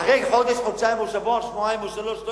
אחרי חודש- חודשיים או שבוע או שבועיים או שלושה שבועות,